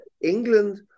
England